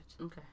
Okay